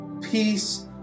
peace